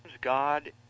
God